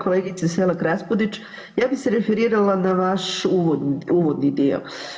Kolegice Selak Raspudić ja bih se referirala na vaš uvodni dio.